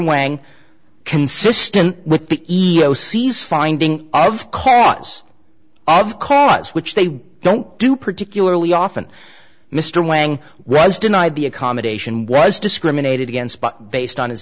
wang consistent with the ego sees finding of cause of cause which they don't do particularly often mr wang was denied the accommodation was discriminated against but based on his